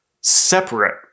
separate